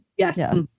Yes